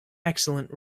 excellent